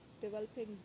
Developing